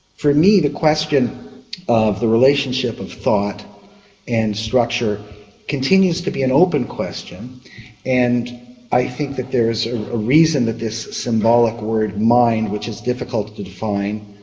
for me the question of the relationship of thought and structure continues to be an open question and i think that there is a ah reason that this symbolic word mind, which is difficult to define.